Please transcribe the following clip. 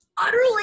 Utterly